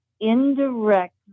indirect